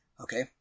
Okay